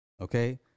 Okay